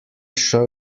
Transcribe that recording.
show